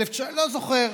31. אוה,